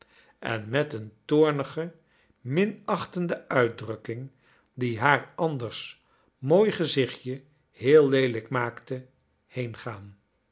en met een toomige minachtende uitdrukking die haar anders mooi gezichtje heel leelijk maakte